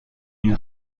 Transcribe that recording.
une